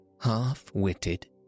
Half-witted